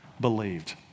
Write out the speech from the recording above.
believed